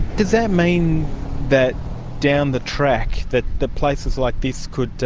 does that mean that down the track that the places like this could